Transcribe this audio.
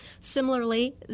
Similarly